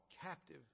captive